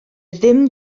ddim